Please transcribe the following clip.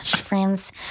friends